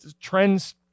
trends